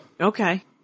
Okay